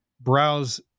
browse